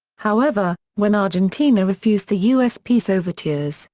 however, when argentina refused the us peace overtures,